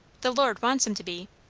the lord wants em to be.